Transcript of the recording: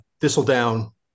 Thistledown